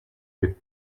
with